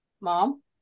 Mom